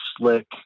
slick